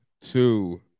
two